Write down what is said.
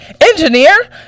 engineer